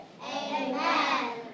Amen